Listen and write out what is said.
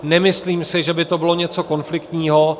Nemyslím si, že by to bylo něco konfliktního.